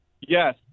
Yes